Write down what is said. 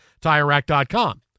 TireRack.com